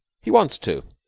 he wants to.